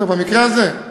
במקרה הזה.